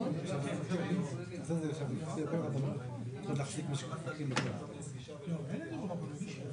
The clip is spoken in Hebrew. נכון מה שיוליה אמרת,